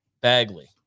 Bagley